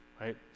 right